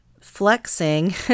flexing